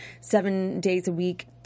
seven-days-a-week